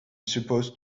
supposed